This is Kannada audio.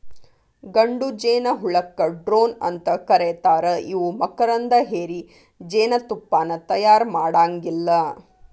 ಗಂಡು ಜೇನಹುಳಕ್ಕ ಡ್ರೋನ್ ಅಂತ ಕರೇತಾರ ಇವು ಮಕರಂದ ಹೇರಿ ಜೇನತುಪ್ಪಾನ ತಯಾರ ಮಾಡಾಂಗಿಲ್ಲ